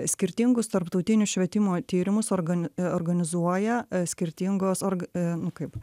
skirtingus tarptautinius švietimo tyrimus organi organizuoja skirtingos org nu kaip